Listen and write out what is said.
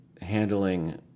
Handling